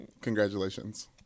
congratulations